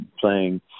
playing